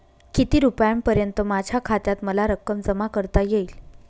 किती रुपयांपर्यंत माझ्या खात्यात मला रक्कम जमा करता येईल?